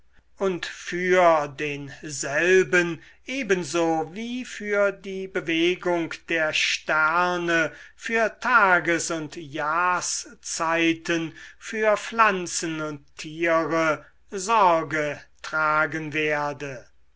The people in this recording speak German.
und für denselben ebenso wie für die bewegung der sterne für tages und jahrszeiten für pflanzen und tiere sorge tragen werde